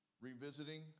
Revisiting